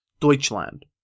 Deutschland